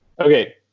Okay